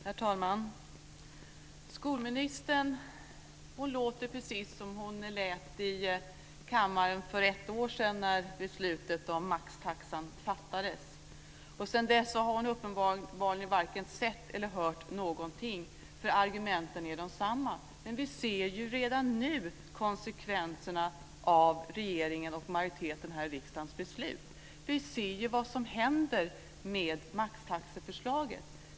Herr talman! Skolministern låter precis som hon lät i kammaren för ett år sedan när beslutet om maxtaxan fattades. Sedan dess har hon uppenbarligen varken sett eller hört någonting, för argumenten är desamma. Men vi ser ju redan nu konsekvenserna av regeringens och riksdagsmajoritetens beslut. Vi ser ju vad som händer med maxtaxeförslaget.